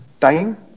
time